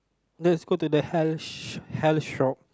let's go to the hair sh~ hair shop